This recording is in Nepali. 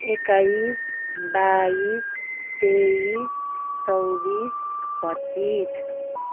एक्काइस बाइस तेइस चौबिस पच्चिस